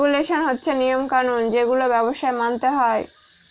regulation হচ্ছে নিয়ম কানুন যেগুলো ব্যবসায় মানতে হয়